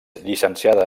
llicenciada